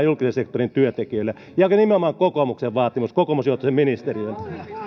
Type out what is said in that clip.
julkisen sektorin työtekijöille ja nimenomaan kokoomuksen vaatimus kokoomusjohtoisen ministeriön